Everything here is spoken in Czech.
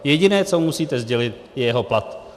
Jediné, co musíte sdělit, je jeho plat.